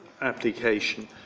application